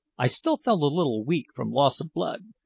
i still felt a little weak from loss of blood,